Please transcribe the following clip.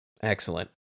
excellent